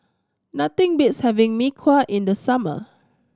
nothing beats having Mee Kuah in the summer